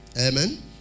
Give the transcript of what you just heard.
amen